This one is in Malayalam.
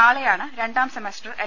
നാളെ യാണ് രണ്ടാം സെമസ്റ്റർ എൽ